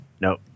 No